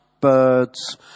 birds